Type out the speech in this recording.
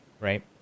Right